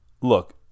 look